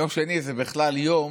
יום שני זה בכלל יום,